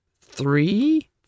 three